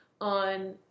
on